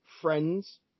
friends